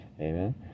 Amen